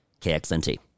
KXNT